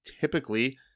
typically